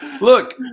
Look